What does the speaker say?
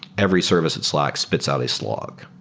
every service at slack spits out a slog.